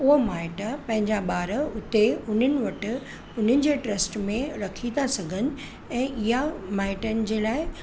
उहो माइटि पंहिंजा ॿार उते उन्हनि वटि हुननि जे ट्रस्ट में रखी था सघनि ऐं इहा माइटनि जे लाइ